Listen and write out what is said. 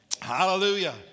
Hallelujah